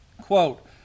Quote